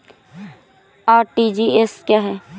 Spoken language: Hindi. आर.टी.जी.एस क्या है?